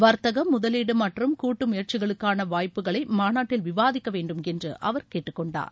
வர்த்தகம் முதலீடு மற்றும் கூட்டு முயற்சிகளுக்கான வாய்ப்புகளை மாநாட்டில் விவாதிக்க வேண்டும் என்று அவர் கேட்டுக்கொண்டார்